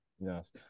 Yes